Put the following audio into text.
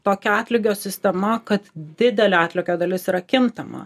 tokio atlygio sistema kad didelio atlikio dalis yra kintama